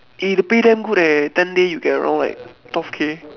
eh the pay damn good eh ten days you get around like twelve K